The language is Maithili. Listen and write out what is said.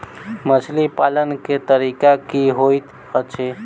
मछली पालन केँ तरीका की होइत अछि?